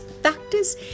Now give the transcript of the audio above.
factors